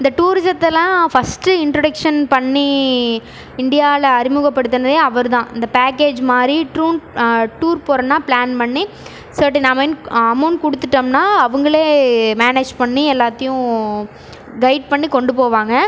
இந்த டூரிஸத்தை எல்லாம் ஃபஸ்ட்டு இண்ட்ரொடக்ஷன் பண்ணி இந்தியாவில் அறிமுகப்படுத்தினதே அவர் தான் இந்த பேக்கேஜ் மாதிரி ட்ரூன் டூர் போறோம்னா ப்ளான் பண்ணி சர்ட்டெய்ன் அமைண்ட் அமௌண்ட் கொடுத்துட்டோம்னா அவங்களே மேனேஜ் பண்ணி எல்லாத்தையும் கைடு பண்ணி கொண்டு போவாங்க